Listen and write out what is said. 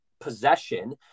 possession